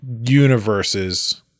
universes